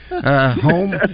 home